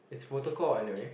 it's protocol anyway